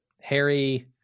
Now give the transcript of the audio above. harry